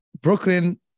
Brooklyn